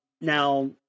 Now